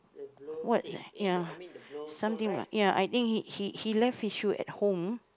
what ya something like ya I think he he left his shoe at home